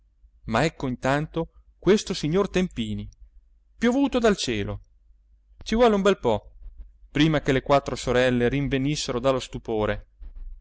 ma ecco intanto questo signor tempini piovuto dal cielo ci volle un bel po prima che le quattro sorelle rinvenissero dallo stupore